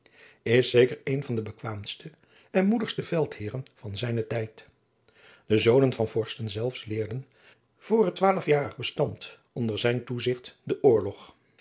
is zeker een van de bekwaamde en moedigste veldheeren van zijnen tijd de zonen van vorsten zelfs leerden voor het twaalfjarig bestand onder zijn toezigt den oorlog